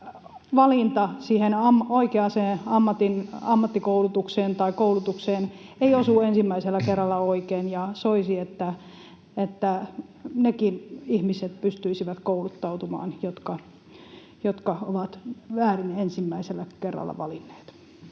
tai koulutukseen ei osu ensimmäisellä kerralla oikein, ja soisi, että nekin ihmiset pystyisivät kouluttautumaan, jotka ovat väärin ensimmäisellä kerralla valinneet.